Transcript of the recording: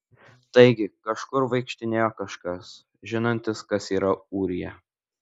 taigi kažkur vaikštinėjo kažkas žinantis kas yra ūrija